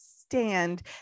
stand